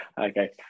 Okay